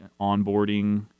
onboarding